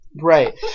Right